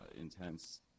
intense